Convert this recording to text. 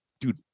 dude